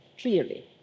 clearly